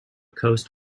coast